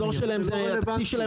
זה לא רלוונטי,